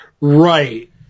Right